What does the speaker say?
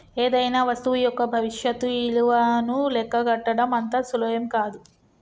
ఏదైనా వస్తువు యొక్క భవిష్యత్తు ఇలువను లెక్కగట్టడం అంత సులువేం గాదు